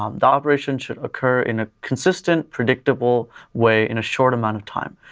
um the operation should occur in a consistent, predictable way in a short amount of time.